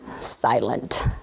silent